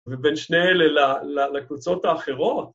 ‫ובין שני אלה לקבוצות האחרות.